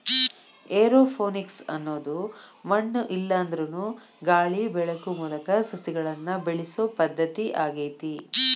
aeroponics ಅನ್ನೋದು ಮಣ್ಣು ಇಲ್ಲಾಂದ್ರನು ಗಾಳಿ ಬೆಳಕು ಮೂಲಕ ಸಸಿಗಳನ್ನ ಬೆಳಿಸೋ ಪದ್ಧತಿ ಆಗೇತಿ